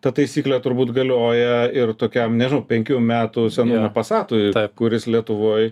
ta taisyklė turbūt galioja ir tokiam nežinau penkių metų senumo pasatui kuris lietuvoj